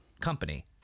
company